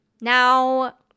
Now